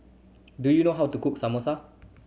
do you know how to cook Samosa